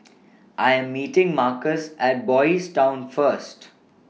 I Am meeting Marcus At Boys' Town First